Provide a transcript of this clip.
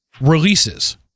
releases